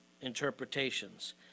interpretations